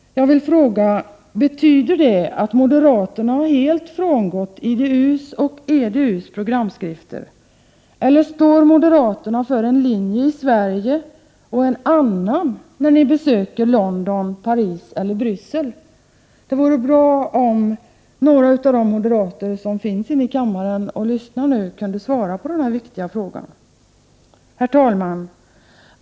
Jag vill fråga: Betyder det att moderaterna helt har frångått IDU:s och EDU:s programskrifter, eller står ni för en linje i Sverige och en annan när ni besöker London, Paris eller Bryssel? Det vore bra om några av de moderater som finns i kammaren och som lyssnar nu kunde svara på den viktiga frågan. Herr talman!